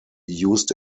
used